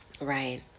Right